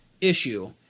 issue